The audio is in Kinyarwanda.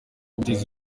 guteza